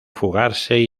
fugarse